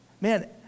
man